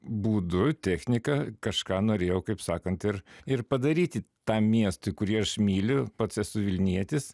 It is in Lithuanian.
būdu technika kažką norėjau kaip sakant ir ir padaryti tam miestui kurį aš myli pats esu vilnietis